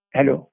Hello